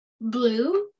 Blue